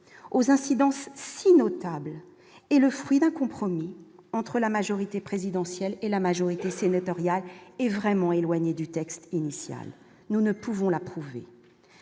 aux incidences si notable est le fruit d'un compromis entre la majorité présidentielle et la majorité sénatoriale est vraiment éloigné du texte initial, nous ne pouvons l'approuver